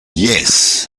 yes